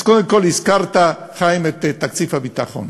אז קודם כול, הזכרת, חיים, את תקציב הביטחון.